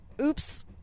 Oops